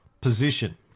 position